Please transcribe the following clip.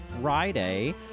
Friday